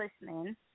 listening